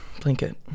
Blanket